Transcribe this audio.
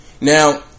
Now